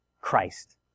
Christ